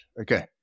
Okay